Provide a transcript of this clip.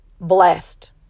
blessed